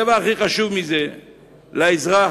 יוצא מזה דבר טוב לאזרח,